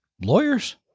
lawyers